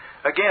Again